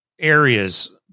areas